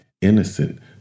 innocent